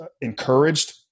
encouraged